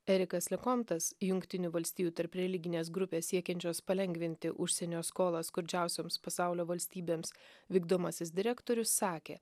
erikas likontas jungtinių valstijų tarpreliginės grupės siekiančios palengvinti užsienio skolas skurdžiausioms pasaulio valstybėms vykdomasis direktorius sakė